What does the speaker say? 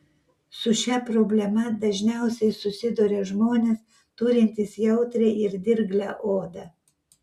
su šia problema dažniausiai susiduria žmonės turintys jautrią ir dirglią odą